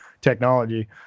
technology